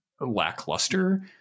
lackluster